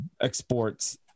exports